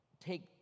take